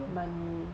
money